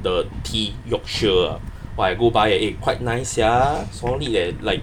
the tea yorkshire uh !wah! I go buy eh quite nice sia solid leh like